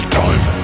time